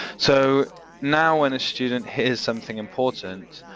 so now when a student hears something important,